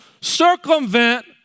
Circumvent